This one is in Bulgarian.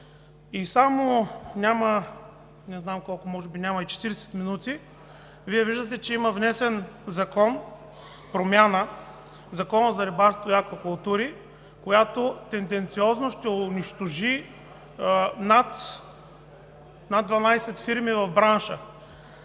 би няма и 40 минути, Вие виждате, че има внесен Закон и промяна в Закона за рибарството и аквакултурите, която тенденциозно ще унищожи над 12 фирми в бранша.